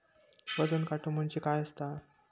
वजन काटो म्हणजे काय असता?